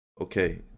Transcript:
Okay